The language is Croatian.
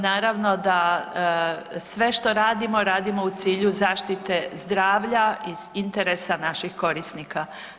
Naravno da sve što radimo, radimo u cilju zaštite zdravlja i interesa naših korisnika.